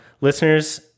listeners